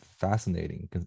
fascinating